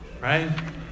right